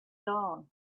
dawn